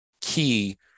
key